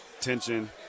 tension